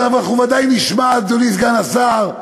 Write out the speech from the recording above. אז אנחנו ודאי נשמע, אדוני סגן השר,